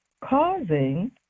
causing